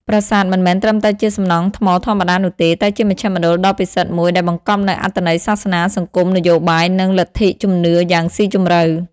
ប្រាសាទមិនមែនត្រឹមតែជាសំណង់ថ្មធម្មតានោះទេ តែជាមជ្ឈមណ្ឌលដ៏ពិសិដ្ឋមួយដែលបង្កប់នូវអត្ថន័យសាសនា សង្គម នយោបាយ និងលទ្ធិជំនឿយ៉ាងស៊ីជម្រៅ។